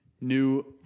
New